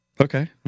Okay